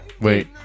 Wait